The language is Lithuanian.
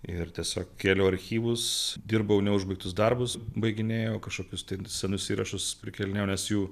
ir tiesiog kėliau archyvus dirbau neužbaigtus darbus baiginėjau kažkokius senus įrašus prikėlinėjau nes jų